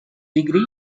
degree